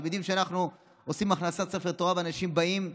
אתם יודעים שאנחנו עושים הכנסת ספר תורה ואנשים באים,